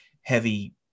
heavy